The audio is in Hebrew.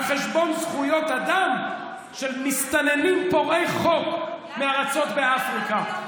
שעל חשבונם זכויות האדם של מסתננים פורעי חוק מארצות באפריקה?